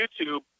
youtube